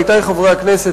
עמיתי חברי הכנסת,